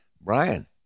Brian